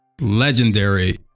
Legendary